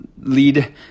lead